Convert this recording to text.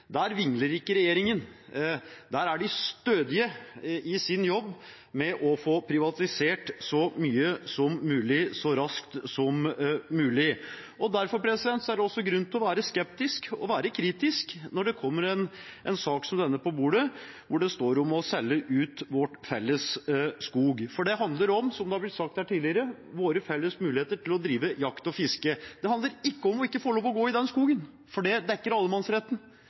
vingler ikke regjeringen, der er de stødige i sin jobb med å få privatisert som mye som mulig, så raskt som mulig. Derfor er det også grunn til å være skeptisk og være kritisk når det kommer en sak som denne på bordet, hvor det står om å selge ut vår felles skog. For det handler om, som det har blitt sagt her tidligere, våre felles muligheter til å drive jakt og fiske. Det handler ikke om ikke å få lov til å gå i den skogen, for det dekker allemannsretten,